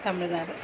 Tamil Nadu